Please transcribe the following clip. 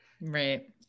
right